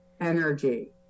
energy